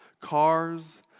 cars